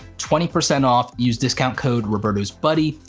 twenty percent off, use discount code roberto's buddy,